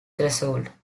threshold